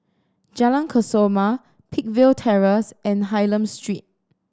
Jalan Kesoma Peakville Terrace and Hylam Street